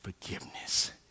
forgiveness